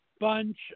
bunch